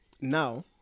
now